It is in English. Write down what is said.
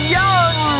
young